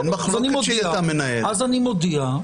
אני מודיע,